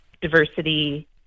diversity